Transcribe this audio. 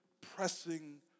pressing